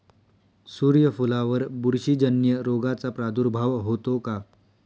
सूर्यफुलावर बुरशीजन्य रोगाचा प्रादुर्भाव होतो का?